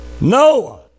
Noah